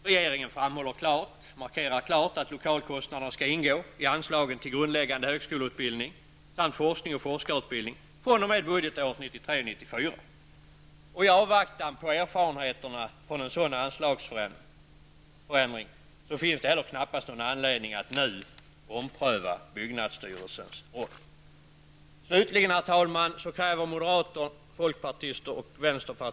Regeringen markerar klart att lokalkostnaderna skall ingå i anslagen till grundläggande högskoleutbildning samt till forskning och forskarutbildning fr.o.m. budgetåret 1993/94. I avvaktan på erfarenheterna från en sådan anslagsförändring finns det knappast någon anledning att nu ompröva byggnadsstyrelsens roll.